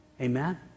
Amen